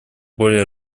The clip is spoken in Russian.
более